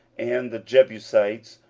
and the jebusites,